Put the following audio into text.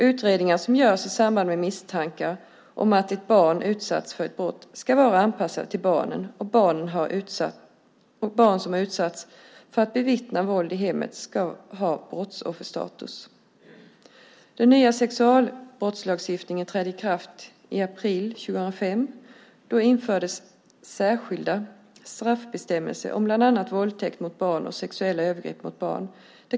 Utredningar som görs i samband med misstankar om att ett barn utsatts för ett brott ska vara anpassade till barnen, och barn som har utsatts för att bevittna våld i hemmet ska ha brottsofferstatus. Den nya sexualbrottslagstiftningen trädde i kraft i april 2005. Då infördes särskilda straffbestämmelser för bland annat våldtäkt mot barn och sexuella övergrepp mot barn.